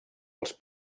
els